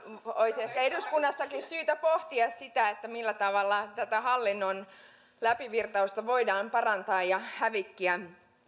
olisi ehkä eduskunnassakin syytä pohtia sitä millä tavalla tätä hallinnon läpivirtausta voidaan parantaa ja hävikkiä